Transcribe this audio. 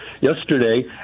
yesterday